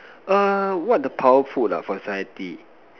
err what the powerful ah society